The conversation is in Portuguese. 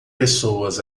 pessoas